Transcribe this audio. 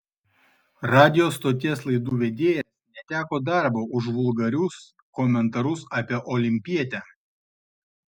radijo stoties laidų vedėjas neteko darbo už vulgarius komentarus apie olimpietę